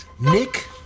Nick